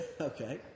Okay